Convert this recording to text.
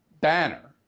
banner